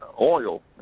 oil